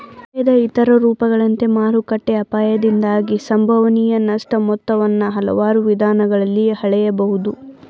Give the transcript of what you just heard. ಅಪಾಯದ ಇತರ ರೂಪಗಳಂತೆ ಮಾರುಕಟ್ಟೆ ಅಪಾಯದಿಂದಾಗಿ ಸಂಭವನೀಯ ನಷ್ಟ ಮೊತ್ತವನ್ನ ಹಲವಾರು ವಿಧಾನಗಳಲ್ಲಿ ಹಳೆಯಬಹುದು